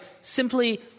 simply